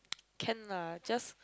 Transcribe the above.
can lah just